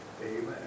Amen